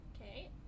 Okay